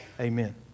Amen